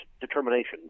determination